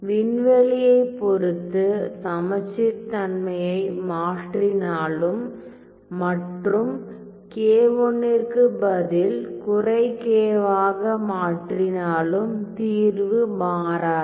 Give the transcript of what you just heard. விண்வெளியைப் பொறுத்து சமச்சீர் தன்மையை மாற்றினாலும் மற்றும் k1 ற்கு பதில் குறை k ஆக மாற்றினாலும் தீர்வு மாறாது